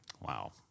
Wow